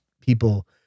people